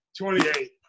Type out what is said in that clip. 28